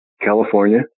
California